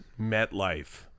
MetLife